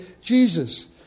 Jesus